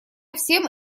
всем